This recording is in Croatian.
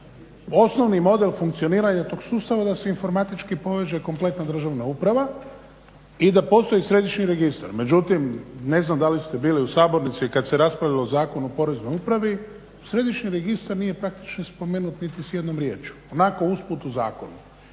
Osnovni model funkcioniranja tog sustava da se informatički poveže kompletna državna uprava i da postoji središnji registar. Međutim, ne znam da li ste bili u sabornici kad se raspravilo Zakon o poreznoj upravi, središnji registar nije praktično spomenut niti s jednom riječju, onako usput u zakonu.